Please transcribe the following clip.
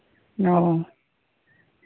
ᱚᱻ